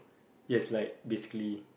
yes like basically